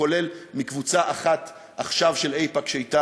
כולל עכשיו מקבוצה אחת של איפא"ק שאתה